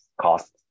costs